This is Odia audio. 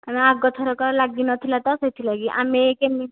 ନା ଆଗ ଥରକ ଲାଗି ନଥିଲା ତ ସେଥିଲାଗି ଆମେ କେମିତି